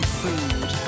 food